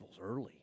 early